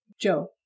Joe